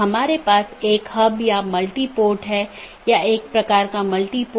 यहाँ N1 R1 AS1 N2 R2 AS2 एक मार्ग है इत्यादि